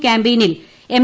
ക്യാമ്പയിനിൽ M